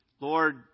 Lord